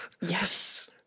Yes